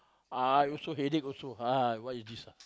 I also headache also ah what is this lah